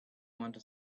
wanta